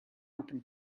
open